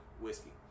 whiskey